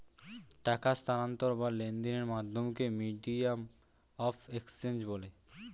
টাকার স্থানান্তর বা লেনদেনের মাধ্যমকে মিডিয়াম অফ এক্সচেঞ্জ বলে